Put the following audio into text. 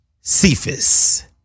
Cephas